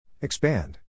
expand